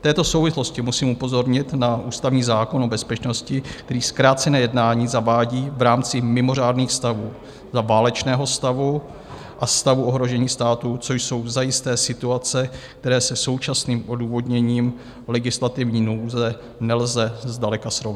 V této souvislosti musím upozornit na ústavní zákon o bezpečnosti, který zkrácené jednání zavádí v rámci mimořádných stavů, za válečného stavu a stavu ohrožení státu, což jsou zajisté situace, které se současným odůvodněním legislativní nouze nelze zdaleka srovnávat.